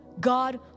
God